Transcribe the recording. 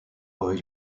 oil